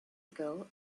ago